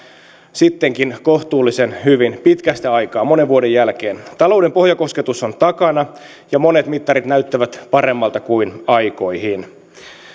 sittenkin kohtuullisen hyvin pitkästä aikaa monen vuoden jälkeen talouden pohjakosketus on takana ja monet mittarit näyttävät paremmilta kuin aikoihin